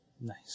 Nice